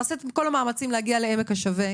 נעשה את כל המאמצים להגיע לעמק השווה,